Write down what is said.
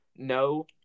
no